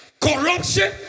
corruption